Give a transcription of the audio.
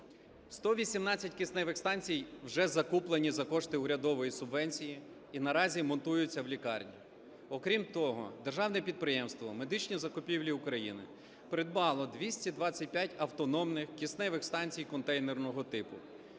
118 кисневих станцій вже закуплені за кошти урядової субвенції і наразі монтуються в лікарнях. Окрім того, Державне підприємство "Медичні закупівлі України" придбало 225 автономних кисневих станцій контейнерного типу.